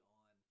on